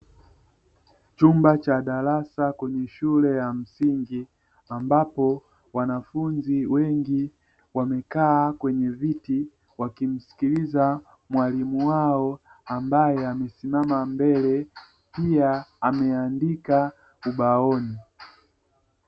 Chumba cha darasa kwenye shule ya msingi ambapo wanafunzi wengi wamekaa kwenye viti wakimsikiliza mwalimu wao ambaye amesimama mbele pia ameandika ubaoni.